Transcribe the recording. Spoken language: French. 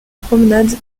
promenade